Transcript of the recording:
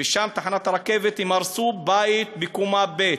ושם, בתחנת הרכבת, הם הרסו בית בקומה ב'.